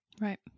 Right